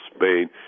Spain